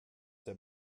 der